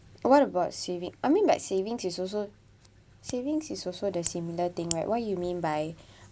what about saving I mean like savings is also savings is also the similar thing right what you mean by